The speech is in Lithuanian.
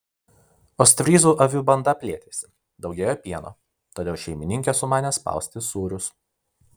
ostfryzų avių banda plėtėsi daugėjo pieno todėl šeimininkė sumanė spausti sūrius